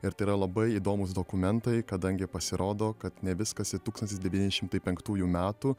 ir tai yra labai įdomūs dokumentai kadangi pasirodo kad ne viskas į tūkstantis devyni šimtai penktųjų metų